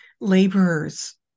laborers